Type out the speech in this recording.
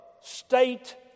state